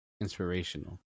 inspirational